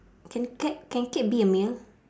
can cake can cake be a meal